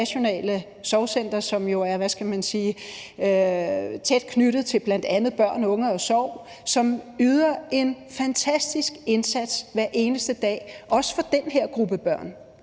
Nationale Sorgcenter jo er tæt knyttet til bl.a. Børn, Unge & Sorg, som yder en fantastisk indsats hver eneste dag – også for den her gruppe børn.